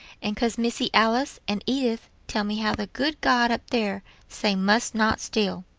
and cause missy alice and edith tell me how the good god up there say must not steal.